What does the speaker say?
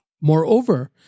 Moreover